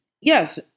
Yes